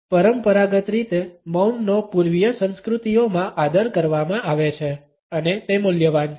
પરંપરાગત રીતે મૌનનો પૂર્વીય સંસ્કૃતિઓમાં આદર કરવામાં આવે છે અને તે મૂલ્યવાન છે